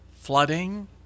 flooding